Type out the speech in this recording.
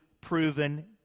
proven